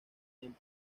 templo